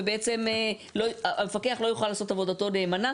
ובעצם המפקח לא יוכל לעשות את עבודתו נאמנה.